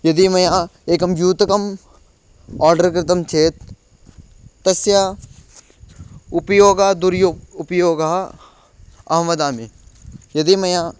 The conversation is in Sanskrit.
यदि मया एकं युतकम् आर्डर् कृतं चेत् तस्य उपयोगः दुरुपयोगः अहं वदामि यदि मया